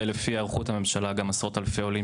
ולפי היערכות הממשלה גם עשרות אלפי עולים